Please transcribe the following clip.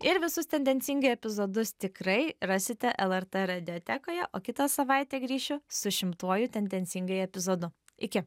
ir visus tendencingai epizodus tikrai rasite lrt radiotekoje o kitą savaitę grįšiu su šimtuoju tendencingai epizodu iki